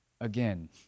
again